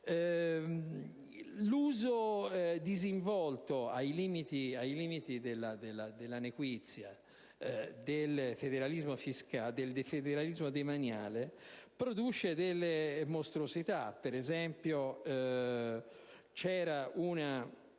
L'uso disinvolto, ai limiti della nequizia, del federalismo demaniale produce delle mostruosità. Per esempio, la